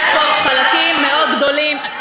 יש פה חלקים מאוד גדולים,